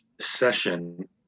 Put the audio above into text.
session